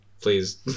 please